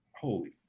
Holy